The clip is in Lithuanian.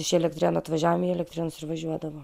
iš elektrėnų atvažiavom į elektrėnus ir važiuodavo